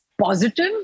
positive